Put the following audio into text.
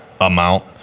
amount